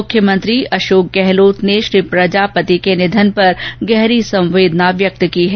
मुख्यमंत्री अशोक गहलोत ने श्री प्रजापति के निधन पर गहरी संवेदना व्यक्त की है